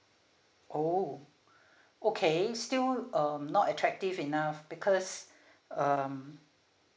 oh okay still um not attractive enough because um